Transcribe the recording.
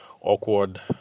awkward